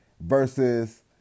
versus